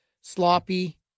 sloppy